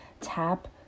tap